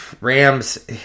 Rams